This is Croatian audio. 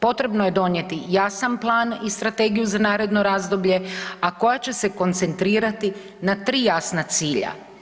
Potrebno je donijeti jasan plan i strategiju za naredno razdoblje, a koja će se koncentrirati na 3 jasna cilja.